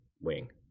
wing